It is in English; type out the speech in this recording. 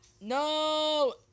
No